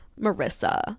Marissa